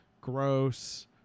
gross